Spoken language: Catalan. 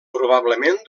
probablement